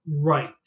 right